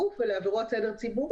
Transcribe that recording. הוא בוועדת חוקה ונלחם על דברים חשובים.